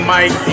Mike